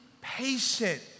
patient